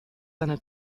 seine